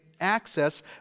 access